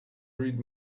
read